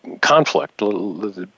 conflict